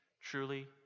Truly